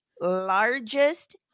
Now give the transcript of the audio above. largest